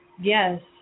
Yes